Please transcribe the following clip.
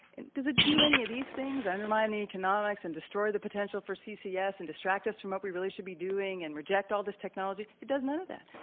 does it do any of these things? undermine economics and destroy the potential for ccs and distract us from what we really should be doing and reject all this technology? it does none of that.